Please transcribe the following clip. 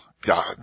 God